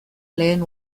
lehen